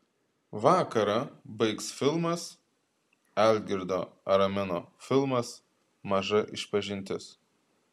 vakarą baigs filmas algirdo aramino filmas maža išpažintis